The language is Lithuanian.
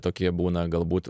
tokie būna galbūt